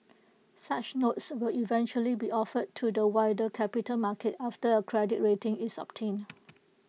such notes will eventually be offered to the wider capital market after A credit rating is obtained